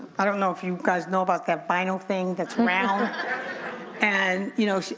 i don't know if you guys know about that vinyl thing that's round and you know,